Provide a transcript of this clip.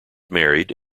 married